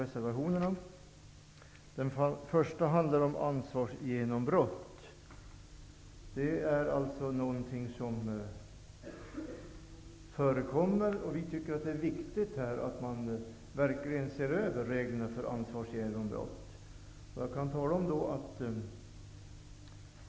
Reservation 1 handlar om ansvarsgenombrott. Vi tycker att det är viktigt att se över reglerna om ansvarsgenombrott.